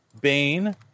Bane